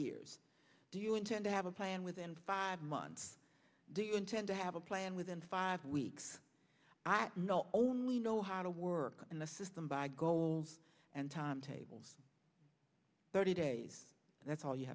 years do you intend to have a plan within five months do you intend to have a plan within five weeks i not only know how to work in the system by goals and timetables thirty days that's all you